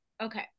Okay